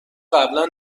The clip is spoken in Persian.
قبلا